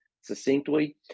succinctly